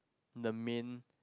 the main